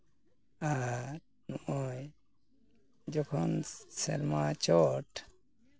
ᱟᱨ ᱱᱚᱜᱼᱚᱸᱭ ᱡᱚᱠᱷᱚᱱ ᱥᱮᱨᱢᱟ ᱪᱚᱴ